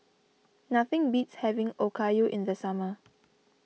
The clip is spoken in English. nothing beats having Okayu in the summer